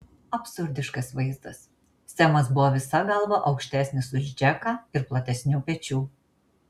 absurdiškas vaizdas semas buvo visa galva aukštesnis už džeką ir platesnių pečių